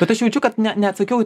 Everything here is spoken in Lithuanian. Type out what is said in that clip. bet aš jaučiu kad ne neatsakiau